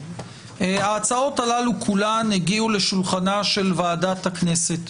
ההצעות הללו כולן הגיעו לשולחנה של ועדת הכנסת,